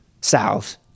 south